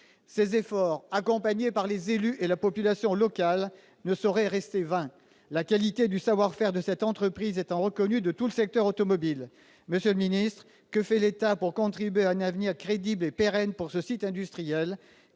Ces efforts, accompagnés par les élus et la population locale, ne sauraient rester vains, la qualité du savoir-faire de cette entreprise étant reconnue de tout le secteur automobile. Que fait l'État pour contribuer à un avenir crédible et pérenne pour ce site industriel ?